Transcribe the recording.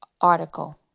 article